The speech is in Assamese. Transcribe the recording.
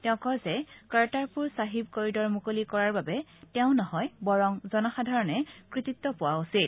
তেওঁ কয় যে কৰ্টাৰপুৰ চাহিব কৰিডৰ মুকলি কৰাৰ বাবে তেওঁ নহয় বৰং জনসাধাৰণে কৃতিত্ব পোৱা উচিত